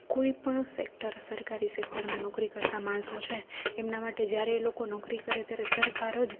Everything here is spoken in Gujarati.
કોઈપણ સેક્ટર સરકારી સેક્ટરને નોકરી કરતાં માણસો સે એમના માટે જ્યારે એ લોકો નોકરી કરે ત્યારે સરકાર જ